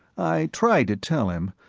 i tried to tell him,